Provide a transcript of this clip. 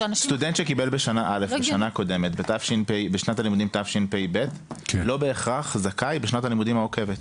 סטודנט שקיבל בשנת הלימודים תשפ"ב לא בהכרח זכאי בשנת הלימודים העוקבת.